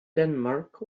denmark